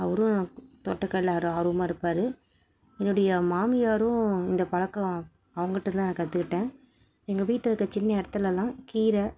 அவரும் தோட்டக்கலை ஆர்வமாக இருப்பார் என்னுடைய மாமியாரும் இந்த பழக்கம் அவுங்ககிட்ட தான் நான் கற்றுக்கிட்டேன் எங்கள் வீட்டில் இருக்கிற சின்ன இடத்துலலாம் கீரை